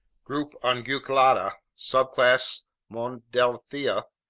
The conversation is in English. group unguiculata, subclass monodelphia,